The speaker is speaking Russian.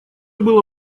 было